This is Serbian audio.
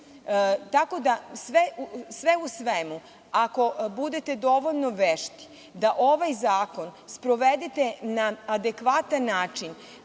nalaze. Sve u svemu, ako budete dovoljno vešti da ovaj zakon sprovedete na adekvatan način,